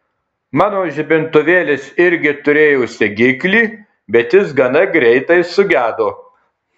mano žibintuvėlis irgi turėjo segiklį bet jis gana greitai sugedo